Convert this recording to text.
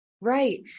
Right